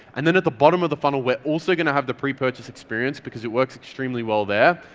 and then at the bottom of the funnel, we're also going to have the pre-purchase experience because it works extremely well there,